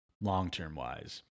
long-term-wise